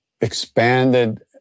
expanded